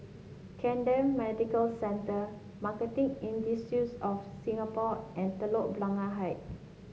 Camden Medical Centre Marketing of Singapore and Telok Blangah Height